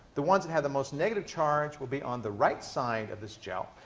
the ones that have the most negative charge will be on the right side this gel.